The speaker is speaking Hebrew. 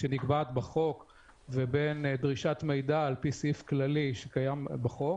שנקבעת בחוק לבין דרישת מידע על פי סעיף כללי שקיים בחוק.